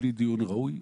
בלי דיון ראוי,